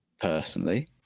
personally